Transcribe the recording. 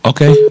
Okay